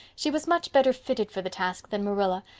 she was much better fitted for the task than marilla,